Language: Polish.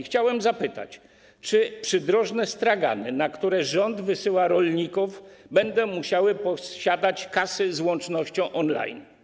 Chciałbym zapytać, czy przydrożne stragany, na które rząd wysyła rolników, będą musiały posiadać kasy z łącznością on-line.